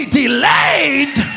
delayed